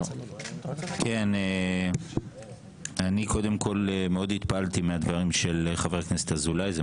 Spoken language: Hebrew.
אני מאוד התפעלתי מהדברים של חבר הכנסת אזולאי,